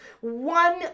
one